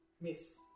Miss